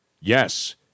Yes